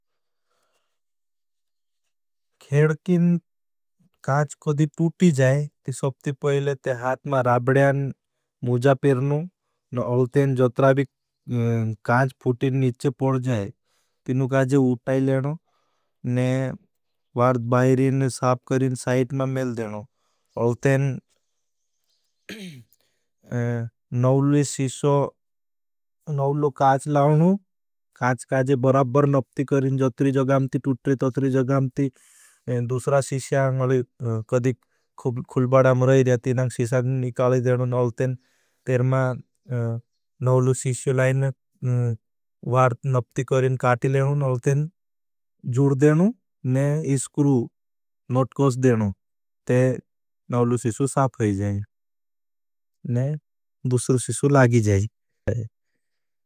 खेड़कीन काँच कदी तूटी जाए, ती सबती पहले ते हाथमा राब्डयान मुझा पेरनू। न अलतेन जोत्रावी काँच फूटी निच्चे पोड़ जाए, तीनु काँच उटाई लेनो। ने वार्ध बाहरी ने साप करें साइट में मेल देनो। अलतेन नौलू काँच काच काज बरवर नप्ति करैं ज तूटरे त तुरी जगान ती। दूसरा सीशी अगर मुझा कदी खुलबाड़ा मर रहै तीनाक सीचा फूटी निकाले देनो। न आलतेन तेरमा नौलू सीशो लाएं वारध नप्ति करैं काटी लेनो, न अलतेन जुड देन नावलो शिसू साफ होई जाए और दूसरो शिसू लागी जाए।